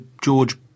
George